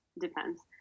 depends